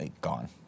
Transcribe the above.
Gone